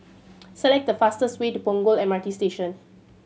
select the fastest way to Punggol M R T Station